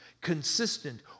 Consistent